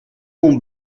pont